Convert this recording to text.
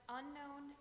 unknown